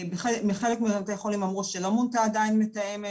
בחלק מבתי החולים נאמר לנו שלא מונתה עדיין מתאמת